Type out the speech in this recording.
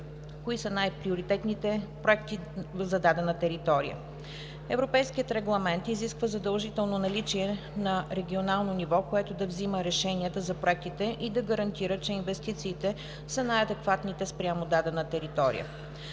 кои са най-приоритетните проекти за дадена територия. Европейският регламент изисква задължително наличие на регионално ниво, което да взема решенията за проектите и да гарантира, че инвестициите са най-адекватните спрямо дадена територия.